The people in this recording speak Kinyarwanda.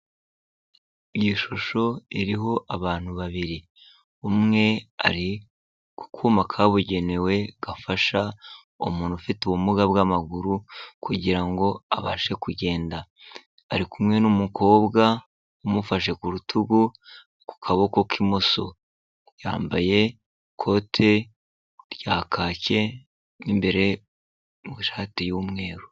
Iyi shusho iriho abantu babiri, umwe ari ku kuma kabugenewe gafasha umuntu ufite ubumuga bw’amaguru kugira ngo abashe kugenda, ari kumwe n'umukobwa umufashe ku rutugu ku kaboko k'imoso, yambaye ikote rya kake mo imbere mu ishati y'umweru.